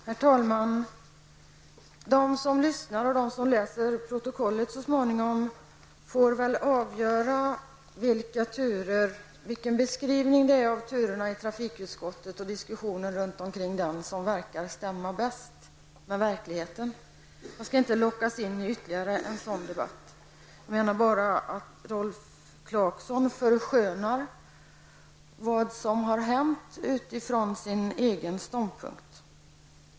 Herr talman! De som lyssnar på debatten och de som så småningom läser protokollet får väl avgöra vilken beskrivning av turerna i trafikutskottet och i diskussionen som bäst verkar överensstämma med verkligheten. Jag skall i varje fall inte lockas in i ytterligare en sådan debatt. Jag vill bara säga att att Rolf Clarkson förskönar händelseförloppet utifrån sin egen ståndpunkt.